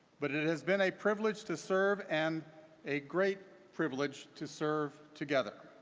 but it has been a privilege to serve, and a great privilege to serve together.